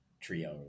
trio